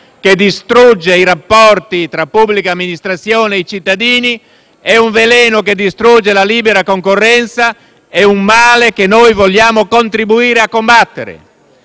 che distrugge i rapporti tra pubblica amministrazione e cittadini, è un veleno che distrugge la libera concorrenza, è un male che noi vogliamo contribuire a combattere.